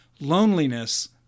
Loneliness